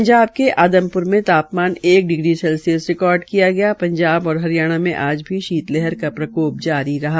पंजाब के आदमप्र में तापमान एक डिग्री सेल्सियस रिकार्ड किया पंजाब और हरियाणा में आज भी शीत लहर का प्रकोप जारी रहा